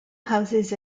houses